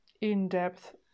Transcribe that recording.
in-depth